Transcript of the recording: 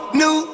new